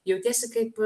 jautiesi kaip